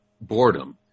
boredom